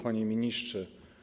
Panie Ministrze!